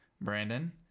Brandon